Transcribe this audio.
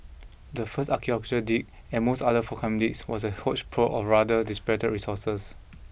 the first archaeological dig and most other forthcoming digs was a hodge pro of rather diss better resources